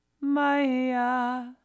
Maya